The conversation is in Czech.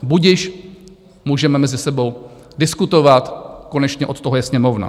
Budiž můžeme mezi sebou diskutovat, konečně od toho je Sněmovna.